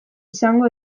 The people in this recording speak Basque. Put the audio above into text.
izango